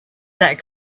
that